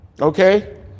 okay